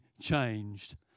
changed